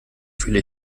fühle